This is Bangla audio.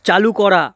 চালু করা